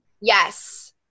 yes